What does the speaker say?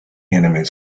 enemies